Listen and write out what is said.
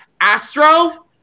Astro